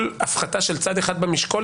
כל הפחתה של צד אחד במשקולת,